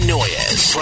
Noyes